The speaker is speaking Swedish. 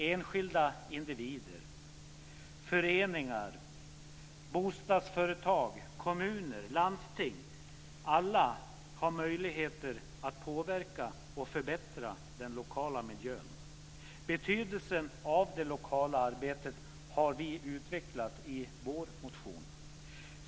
Enskilda individer, föreningar, bostadsföretag, kommuner och landsting har alla möjlighet att påverka och förbättra den lokala miljön. Betydelsen av det lokala arbetet har vi utvecklat i vår motion.